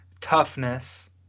toughness